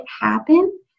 happen